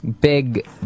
big